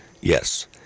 Yes